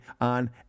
on